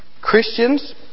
Christians